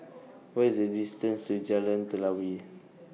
What IS The distance to Jalan Telawi